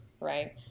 right